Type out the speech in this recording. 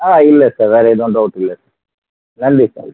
ஆ இல்லை சார் வேறு எதுவும் டவுட் இல்லை நன்றி சார்